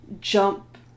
jump